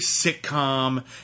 sitcom